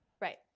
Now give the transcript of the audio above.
Right